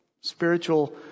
spiritual